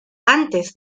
antes